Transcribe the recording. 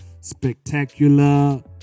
spectacular